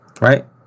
right